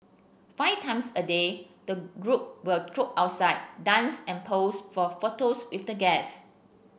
five times a day the group will trot outside dance and pose for photos with the guests